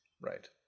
Right